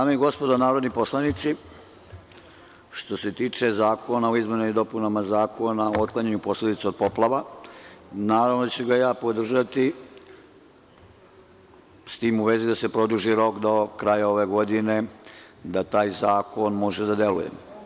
Dame i gospodo narodni poslanici, što se tiče Zakona o izmenama i dopunama Zakona o otklanjanju posledica od poplava, naravno da ću ga ja podržati, s tim u vezi da se produži rok do kraja ove godine, da taj zakon može da deluje.